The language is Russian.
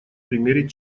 примере